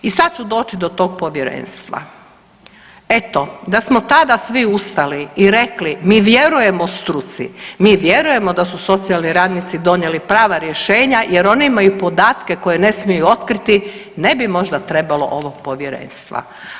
I sad ću doći do tog povjerenstva, eto da smo tada svi ustali i rekli mi vjerujemo struci, mi vjerujemo da su socijalni radnici donijeli prava rješenja jer oni imaju podatke koje ne smiju otkriti ne bi možda trebalo ovog povjerenstva.